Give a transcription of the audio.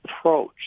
approach